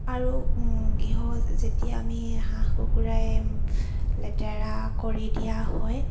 আৰু গৃহ যেতিয়া আমি হাঁহ কুকুৰাই লেতেৰা কৰি দিয়া হয়